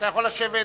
אתה יכול לשבת,